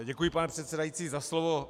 Děkuji, pane předsedající, za slovo.